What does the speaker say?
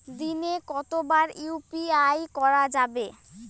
দিনে কতবার ইউ.পি.আই করা যাবে?